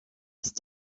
ist